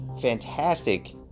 fantastic